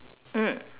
mm